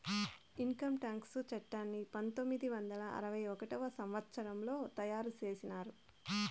income tax చట్టాన్ని పంతొమ్మిది వందల అరవై ఒకటవ సంవచ్చరంలో తయారు చేసినారు